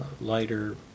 lighter